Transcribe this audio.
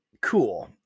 Cool